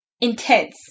intense